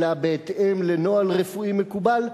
אלא בהתאם לנוהל רפואי מקובל,